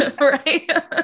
right